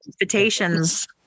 invitations